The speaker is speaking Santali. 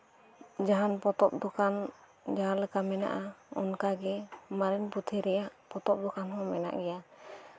ᱡᱟᱦᱟᱱ ᱯᱚᱛᱚᱵ ᱫᱚᱠᱟᱱ ᱡᱟᱦᱟᱸ ᱞᱮᱠᱟ ᱢᱮᱱᱟᱜᱼᱟ ᱚᱱᱠᱟᱜᱮ ᱢᱟᱨᱮᱱ ᱯᱩᱛᱷᱤ ᱨᱮᱭᱟᱜ ᱯᱚᱛᱚᱵ ᱫᱚᱠᱟᱱ ᱦᱚᱸ ᱢᱮᱱᱟᱜ ᱜᱮᱭᱟ